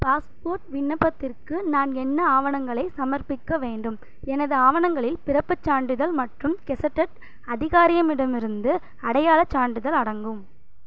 passport விண்ணப்பத்திற்கு நான் என்ன ஆவணங்களை சமர்ப்பிக்க வேண்டும் எனது ஆவணங்களில் பிறப்புச் சான்றிதழ் மற்றும் கெசட்டட் அதிகாரியமிடமிருந்து அடையாளச் சான்றிதழ் அடங்கும்